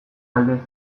alde